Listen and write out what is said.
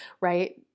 right